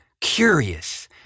curious